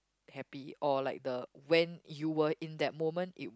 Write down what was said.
happy or like the when you were in that moment it